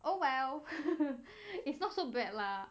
oh well it's not so bad lah